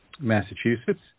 Massachusetts